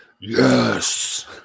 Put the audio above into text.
yes